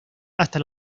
hasta